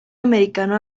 americano